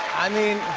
i mean,